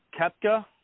Kepka